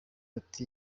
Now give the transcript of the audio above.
ati